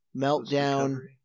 Meltdown